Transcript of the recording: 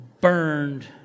burned